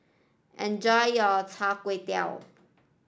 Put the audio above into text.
enjoy your Chai Tow Kuay